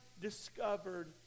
discovered